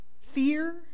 fear